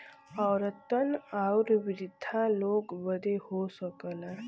औरतन आउर वृद्धा लोग बदे हो सकला